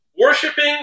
worshipping